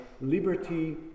Liberty